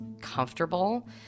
comfortable